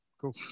Cool